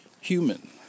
human